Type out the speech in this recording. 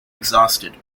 exhausted